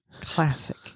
classic